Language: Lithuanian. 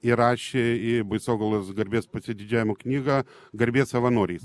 įrašė į baisogalos garbės pasididžiavimo knygą garbės savanoriais